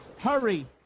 Hurry